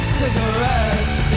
cigarettes